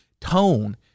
tone